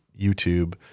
YouTube